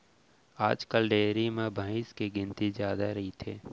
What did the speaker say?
आजकाल डेयरी म भईंस के गिनती जादा रइथे